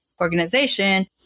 organization